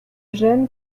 gêne